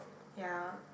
ya